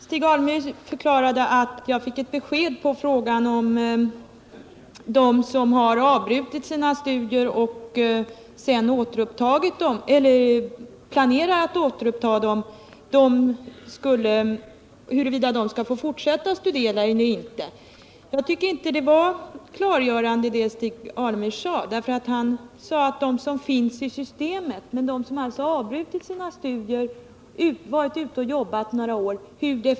Herr talman! Stig Alemyr förklarade att jag fick ett svar på frågan huruvida de som har avbrutit sina studier och planerar att sedan återuppta dem skall få fortsätta studera eller inte. Jag tycker inte att det som Stig Alemyr sade var klargörande. Han talade nämligen om dem som finns inne i systemet, men hur definieras de som avbrutit sina studier och varit ute och jobbat några år?